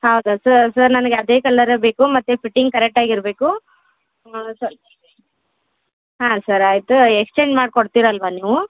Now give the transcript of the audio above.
ಹೌದಾ sir sir ನನಗೆ ಅದೇ ಕಲ್ಲರೆ ಬೇಕು ಮತ್ತು ಫಿಟ್ಟಿಂಗ್ ಕರೆಕ್ಟಾಗಿ ಇರಬೇಕು ಹಾಂ ಸರ್ ಹಾಂ ಸರ್ ಆಯಿತು ಎಕ್ಸ್ಚೇಂಜ್ ಮಾಡ್ಕೊಡ್ತೀರಲ್ವ ನೀವೂ